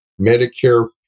Medicare